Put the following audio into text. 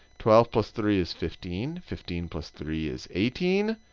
twelve plus three is fifteen. fifteen plus three is eighteen.